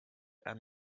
and